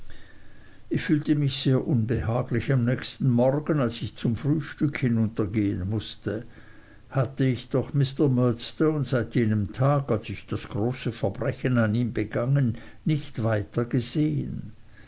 ich fühlte mich sehr unbehaglich am nächsten morgen als ich zum frühstück hinuntergehen mußte hatte ich doch mr murdstone seit jenem tag als ich das große verbrechen an ihm begangen nicht